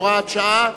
הוראת שעה),